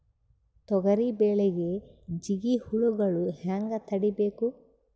ತೊಗರಿ ಬೆಳೆಗೆ ಜಿಗಿ ಹುಳುಗಳು ಹ್ಯಾಂಗ್ ತಡೀಬೇಕು?